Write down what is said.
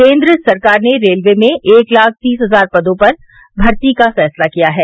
केन्द्र सरकार ने रेलवे में एक लाख तीस हजार पदों पर भर्ती का फैसला किया है